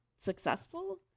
successful